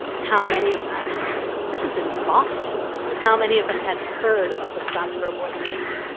how many of them this is in boston how many of them had heard of the scottsboro boys case.